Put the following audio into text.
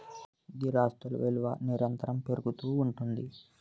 స్థిరాస్తులు విలువ నిరంతరము పెరుగుతూ ఉంటుంది